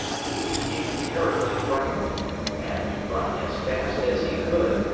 he became terribly frightened and, running as fast as he could,